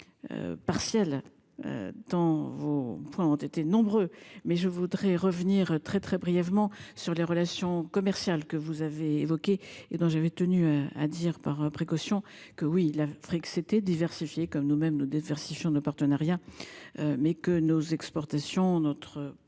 Partielle. Dans vos points ont été nombreux. Mais je voudrais revenir très très brièvement sur les relations commerciales que vous avez évoquée et dont j'avais tenu à dire par précaution que oui l'Afrique s'était diversifié comme nous même nous faire scission de partenariat. Mais que nos exportations notre présence